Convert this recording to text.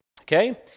Okay